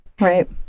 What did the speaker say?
right